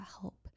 help